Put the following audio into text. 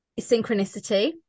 Synchronicity